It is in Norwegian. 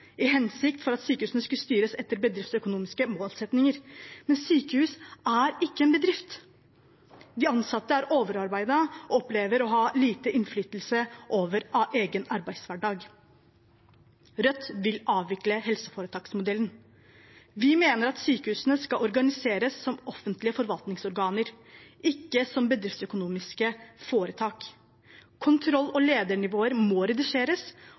i den hensikt at sykehusene skulle styres etter bedriftsøkonomiske målsettinger, men sykehus er ikke en bedrift. De ansatte er overarbeidet og opplever å ha lite innflytelse over egen arbeidshverdag. Rødt vil avvikle helseforetaksmodellen. Vi mener at sykehusene skal organiseres som offentlige forvaltningsorganer, ikke som bedriftsøkonomiske foretak. Kontroll- og ledernivåer må reduseres,